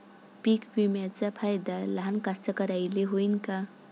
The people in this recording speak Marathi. पीक विम्याचा फायदा लहान कास्तकाराइले होईन का?